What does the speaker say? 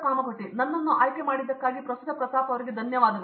ಕಾಮಕೋಟಿ ಮತ್ತು ನನ್ನನ್ನು ಆಯ್ಕೆ ಮಾಡಿದಕ್ಕಾಗಿ ಧನ್ಯವಾದಗಳು